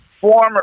Form